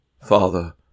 Father